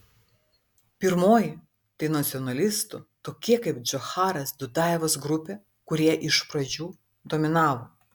pirmoji tai nacionalistų tokie kaip džocharas dudajevas grupė kurie iš pradžių dominavo